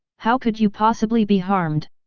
how could you possibly be harmed?